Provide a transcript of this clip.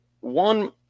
one